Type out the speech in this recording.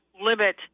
limit